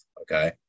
okay